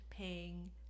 paying